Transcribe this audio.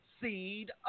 seed